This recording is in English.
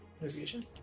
Investigation